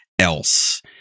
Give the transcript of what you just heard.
else